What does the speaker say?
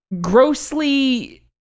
grossly